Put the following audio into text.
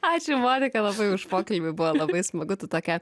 ačiū monika labai už pokalbį buvo labai smagu tu tokia